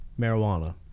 marijuana